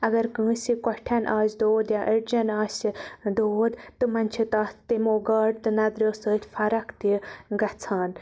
اَگَر کٲنٛسہِ کۄٹھٮ۪ن آسہِ دود یا أڈجَن آسہِ دود تِمَن چھِ تَتھ تِمو گاڈٕ تہٕ نَدریٚو سۭتۍ فَرَق تہِ گَژھان